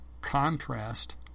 Contrast